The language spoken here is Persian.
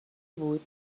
بود